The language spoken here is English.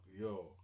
Yo